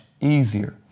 easier